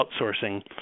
outsourcing